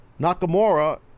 Nakamura